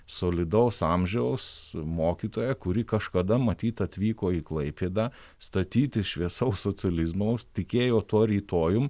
solidaus amžiaus mokytoja kuri kažkada matyt atvyko į klaipėdą statyti šviesaus socializmo tikėjo tuo rytojum